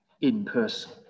in-person